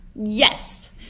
Yes